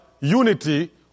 unity